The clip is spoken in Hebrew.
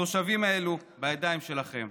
התושבים האלה בידיים שלכם.